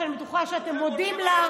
שאני בטוחה שאתם מודים לה,